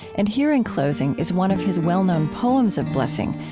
and here, in closing, is one of his well-known poems of blessing,